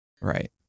Right